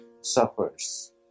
suffers